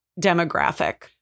demographic